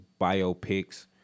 biopics